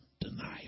denial